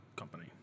company